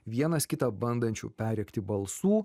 vienas kitą bandančių perrėkti balsų